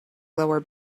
lower